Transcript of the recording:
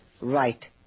right